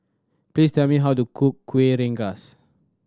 please tell me how to cook Kuih Rengas